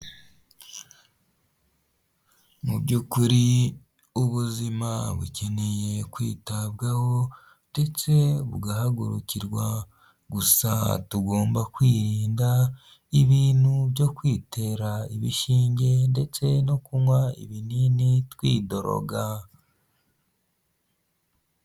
Mu by'ukuri ubuzima bukeneye kwitabwaho ndetse bugahagurukirwa gusa tugomba kwirinda ibintu byo kwitera ibishingi ndetse no kunywa ibinini twidoroga.